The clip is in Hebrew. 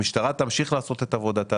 המשטרה תמשיך לעשות את עבודתה,